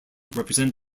represent